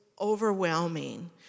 overwhelming